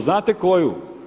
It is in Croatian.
Znate koju?